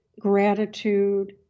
gratitude